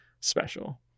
special